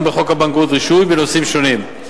בחוק הבנקאות (רישוי) בנושאים שונים.